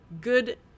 good